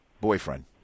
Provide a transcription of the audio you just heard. boyfriend